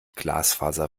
glasfaser